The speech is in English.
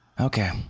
okay